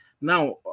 Now